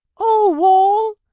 o wall,